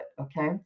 okay